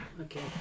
Okay